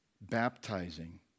baptizing